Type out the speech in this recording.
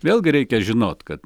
vėlgi reikia žinot kad